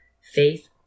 Faith